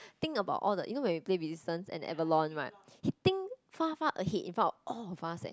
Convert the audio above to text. think about all the you know when we play Resistance and Avalon right he think far far ahead in front of all of us eh